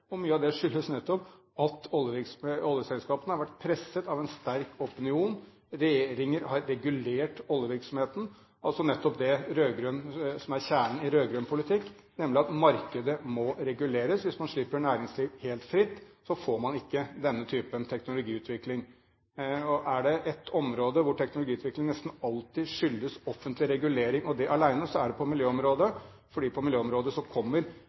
før. Mye av det skyldes nettopp at oljeselskapene har vært presset av en sterk opinion, regjeringer har regulert oljevirksomheten – nettopp det som er kjernen i rød-grønn politikk, nemlig at markedet må reguleres. Hvis man slipper næringslivet helt fritt, får man ikke denne typen teknologiutvikling. Er det et område hvor teknologiutvikling nesten alltid skyldes offentlig regulering, og det alene, er det på miljøområdet, for på miljøområdet kommer